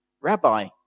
Rabbi